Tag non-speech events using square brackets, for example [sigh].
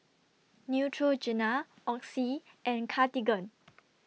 [noise] Neutrogena Oxy and Cartigain